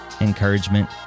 encouragement